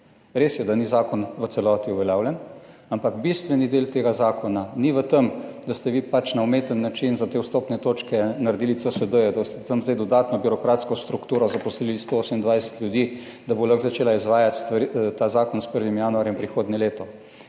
Res je, da ni zakon v celoti uveljavljen, ampak bistveni del tega zakona ni v tem, da ste vi pač na umeten način za te vstopne točke naredili CSD-he, da ste tam zdaj dodatno birokratsko strukturo, zaposlili 128 ljudi, da bo lahko začela izvajati ta zakon s 1. januarjem prihodnje leto.